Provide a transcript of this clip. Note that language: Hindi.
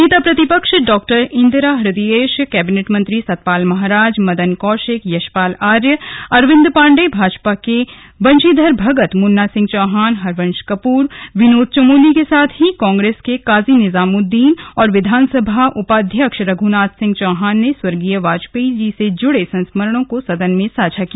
नेता प्रतिपक्ष डॉ इंदिरा इदयेश कैबिनेट मंत्री सतपाल महाराज मदन कौशिक यशपाल आर्य अरविंद पांडे भाजपा के विधायक बंशीधर भगत मुन्ना सिंह चौहान हरवंश कपूर विनोद चमोली के साथ ही कांग्रेस के काजी निजामुद्दीन और विधानसभा उपाध्यक्ष रघ्नाथ सिंह चौहान ने स्वर्गीय वाजपेयी से जुड़े संस्मरणों को सदन में साझा किया